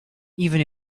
even